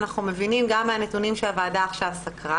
אנחנו מבינים גם מהנתונים שהוועדה עכשיו סקרה